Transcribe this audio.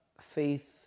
Faith